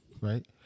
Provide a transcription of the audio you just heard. right